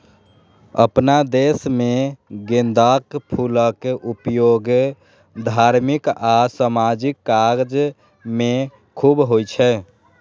अपना देश मे गेंदाक फूलक उपयोग धार्मिक आ सामाजिक काज मे खूब होइ छै